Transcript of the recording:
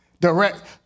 Direct